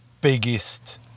biggest